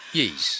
Yes